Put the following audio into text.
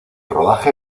rodaje